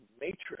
matrix